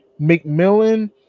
McMillan